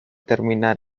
terminar